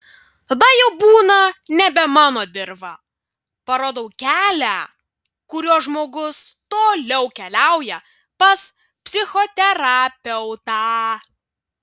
tada jau būna nebe mano dirva parodau kelią kuriuo žmogus toliau keliauja pas psichoterapeutą